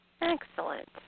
excellent